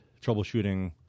troubleshooting